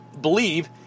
believe